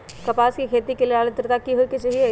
कपास के खेती के लेल अद्रता की होए के चहिऐई?